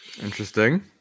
interesting